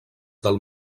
del